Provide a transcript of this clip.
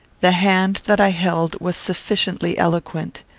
the hand that i held was sufficiently eloquent.